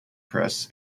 press